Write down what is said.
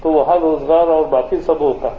तो वहां रोजगार और बाकी सब होगा है